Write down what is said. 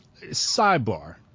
Sidebar